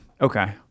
okay